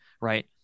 right